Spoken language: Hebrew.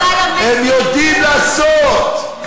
הם יודעים לעשות.